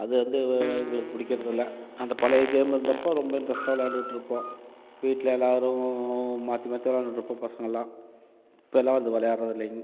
அது வந்து எங்களுக்கு பிடிக்கிறது இல்லை அந்த பழைய கேம் இருந்தப்போது ரொம்ப இன்ட்ரஸ்ட்டாக விளையாண்டுட்டு இருப்போம் வீட்டில் எல்லாரும் மாற்றி மாற்றி விளையாண்டுட்டு இருப்போம் பசங்கெல்லாம் இப்போல்லாம் அது விளையாடுறதில்லைங்க